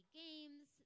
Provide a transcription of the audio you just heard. games